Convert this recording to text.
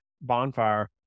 Bonfire